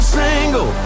single